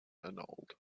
annulled